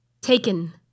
taken